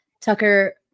Tucker